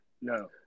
no